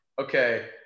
okay